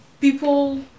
people